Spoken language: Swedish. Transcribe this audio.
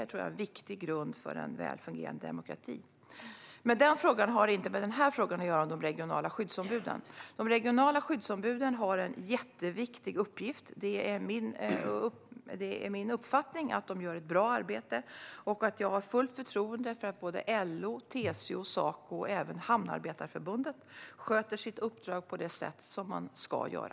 Det tror jag är en viktig grund för en väl fungerande demokrati. Men den frågan har inte att göra med frågan om de regionala skyddsombuden. De regionala skyddsombuden har en jätteviktig uppgift. Det är min uppfattning att de gör ett bra arbete. Jag har fullt förtroende för att LO, TCO, Saco och även Hamnarbetarförbundet sköter sitt uppdrag på det sätt som de ska göra.